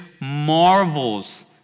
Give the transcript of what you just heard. marvels